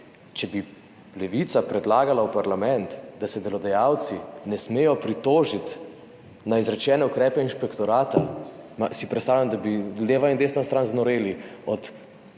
Če bi Levica predlagala v parlamentu, da se delodajalci ne smejo pritožiti na izrečene ukrepe inšpektorata, si predstavljam, da bi leva in desna stran znoreli od